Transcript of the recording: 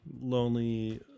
lonely